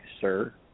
sir